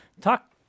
talk